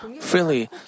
freely